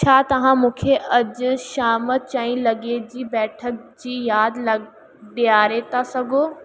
छा तव्हां मूंखे अॼु शाम चईं लॻे जी बैठकु जी यादि ॾियारे था सघो